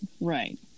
right